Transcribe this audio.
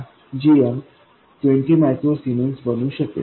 तर हा gm 20 micro siemens बनू शकेल